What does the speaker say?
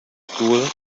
school